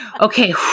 Okay